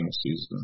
season